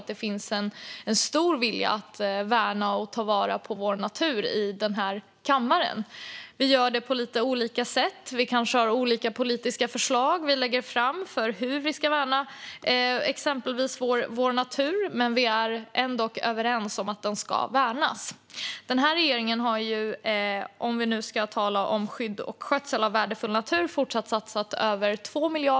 Det finns en stor vilja att värna och ta vara på vår natur i den här kammaren. Vi vill göra detta på olika sätt. Vi kanske lägger fram olika politiska förslag om hur vi exempelvis ska värna vår natur, men vi är överens om att den ska värnas. Den här regeringen har satsat över 2 miljarder på skydd och skötsel av värdefull natur.